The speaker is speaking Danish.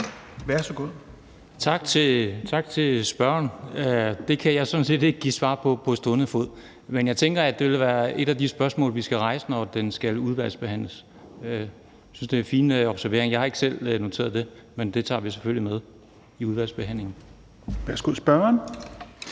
Knuth (V): Tak til spørgeren. Det kan jeg sådan set ikke give svar på på stående fod, men jeg tænker, at det vil være et af de spørgsmål, vi skal rejse, når det skal udvalgsbehandles. Jeg synes, det er en fin observering. Jeg har ikke selv noteret det, men det tager vi selvfølgelig med i udvalgsbehandlingen. Kl. 16:26 Fjerde